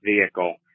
vehicle